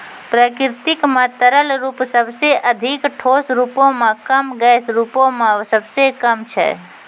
प्रकृति म तरल रूप सबसें अधिक, ठोस रूपो म कम, गैस रूपो म सबसे कम छै